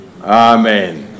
Amen